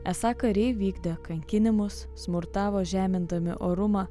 esą kariai vykdė kankinimus smurtavo žemindami orumą